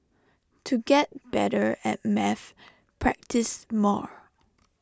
to get better at maths practise more